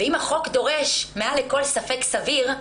ואם החוק דורש מעל לכל ספק סביר,